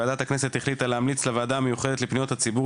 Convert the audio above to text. ועדת הכנסת החליטה להמליץ לוועדה המיוחדת לפניות הציבור